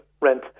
rent